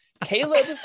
Caleb